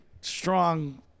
strong